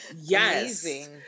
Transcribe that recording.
Yes